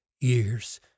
years